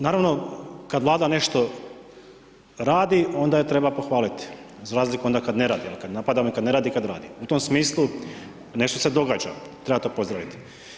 Naravno kad Vlada nešto radi onda je treba pohvaliti za razliku onda kad ne radi, onda napadamo i kad ne radi i kad radi, u tom smislu nešto se događa, treba to pozdravit.